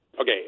Okay